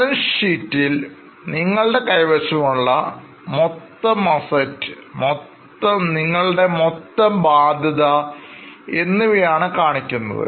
balance ഷീറ്റിൽനിങ്ങളുടെ കൈവശമുള്ള മൊത്തം Assets നിങ്ങളുടെ മൊത്തം ബാധ്യതഎന്നിവയാണ് കാണിക്കുന്നത്